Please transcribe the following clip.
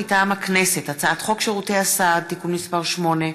מטעם הכנסת: הצעת חוק שירותי הסעד (תיקון מס' 8)